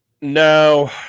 No